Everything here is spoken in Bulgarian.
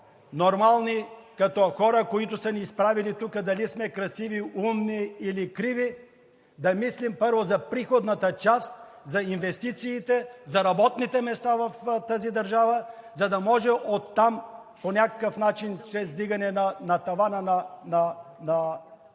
вземе, но като хора, които са ни изпратили тук – дали сме красиви, умни или криви, да мислим първо за приходната част, за инвестициите, за работните места в тази държава, за да може оттам по някакъв начин чрез вдигане на тавана на пенсията,